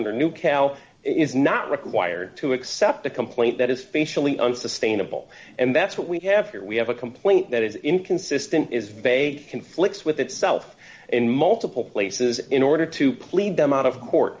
under new cal is not required to accept a complaint that is functionally unsustainable and that's what we have here we have a complaint that is inconsistent is vague conflicts with itself in multiple places in order to plead them out of court